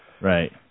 Right